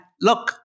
look